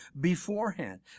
beforehand